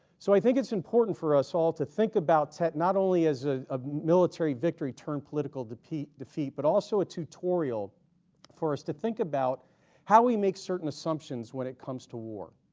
so i think it's important for us all to think about tet not only as ah a military victory turned political defeat defeat but also a tutorial for us to think about how we make certain assumptions when it comes to war,